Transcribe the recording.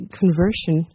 conversion